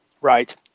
Right